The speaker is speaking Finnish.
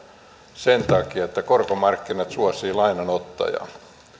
sen takia että korkomarkkinat suosivat lainanottajaa